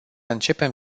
începem